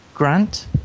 Grant